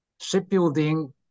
Shipbuilding